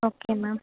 okay ma'am